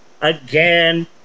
again